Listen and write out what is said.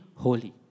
Holy